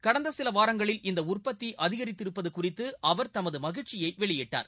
கடந்த சில வாரங்களில் இந்த உற்பத்தி அதிகரித்திருப்பது குறித்து அவர் தமது மகிழ்ச்சியை வெளியிட்டார்